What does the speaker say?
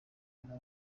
numwe